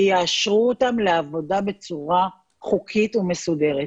שיאשרו אותם לעבודה בצורה חוקית ומסודרת.